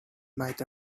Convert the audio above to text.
might